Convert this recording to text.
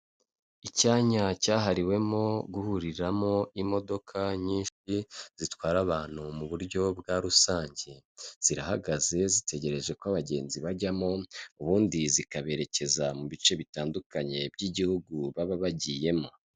Icyanya cyahariwemo guhuriramo imodoka nyinshi zitwara abantu mu buryo bwa rusange, zirahagaze zitegereje ko abagenzi bajyamo ubundi zikaberekeza mu bice bitandukanye by'igihugu baba bagiyemo.